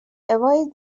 avoid